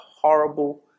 horrible